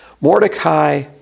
Mordecai